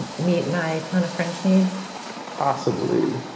and meet my tana french needs possibly.